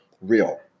real